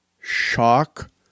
Shock